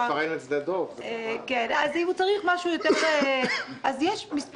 יש מספר מצבים שהם מוצדקים.